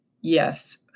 yes